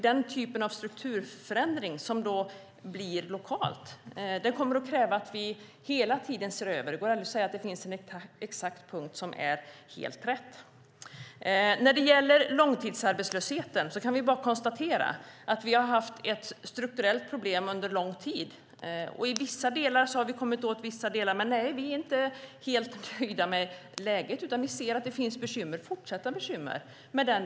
Den typ av strukturförändring som det då blir lokalt kommer det att krävas att vi hela tiden ser över. Det går aldrig att säga att det finns en exakt punkt som är helt rätt. När det gäller långtidsarbetslösheten kan vi bara konstatera att vi har haft ett strukturellt problem under lång tid, och vi har kommit åt vissa delar. Men vi är inte helt nöjda med läget, utan vi ser att det finns fortsatta bekymmer.